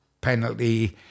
penalty